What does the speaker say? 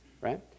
right